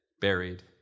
buried